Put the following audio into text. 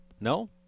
No